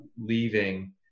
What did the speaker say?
leaving